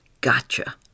gotcha